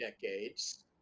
decades